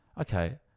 okay